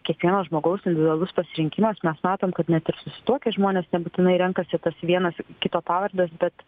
kiekvieno žmogaus individualus pasirinkimas mes matom kad net ir susituokę žmonės nebūtinai renkasi tas vienas kito pavardės bet